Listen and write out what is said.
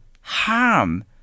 harm